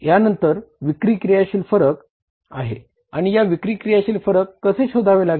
यानंतर विक्री क्रियाशील फरक आपण कसे शोधाल